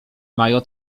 mają